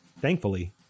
Thankfully